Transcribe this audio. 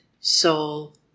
soul